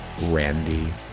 randy